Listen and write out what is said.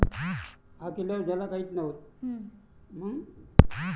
Fix deposit केल्यावर कितीक टक्क्यान व्याज भेटते?